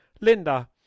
Linda